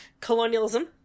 colonialism